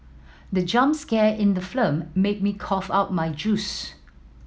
the jump scare in the made me cough out my juice